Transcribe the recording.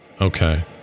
Okay